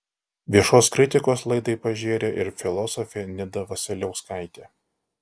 viešos kritikos laidai pažėrė ir filosofė nida vasiliauskaitė